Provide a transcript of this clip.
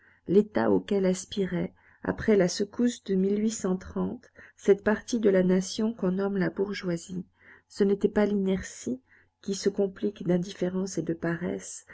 l'état auquel aspirait après la secousse de cette partie de la nation qu'on nomme la bourgeoisie ce n'était pas l'inertie qui se complique d'indifférence et de paresse